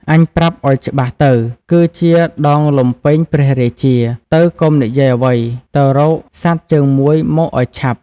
អញប្រាប់ឲ្យច្បាស់ទៅ គឺជាដងលំពែងព្រះរាជា ទៅកុំនិយាយអ្វី ទៅរកសត្វជើងមួយមកឲ្យឆាប់"។